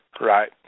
Right